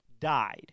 died